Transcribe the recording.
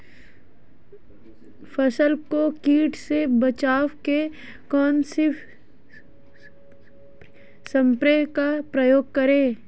फसल को कीट से बचाव के कौनसे स्प्रे का प्रयोग करें?